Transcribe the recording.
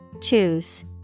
Choose